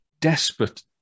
desperate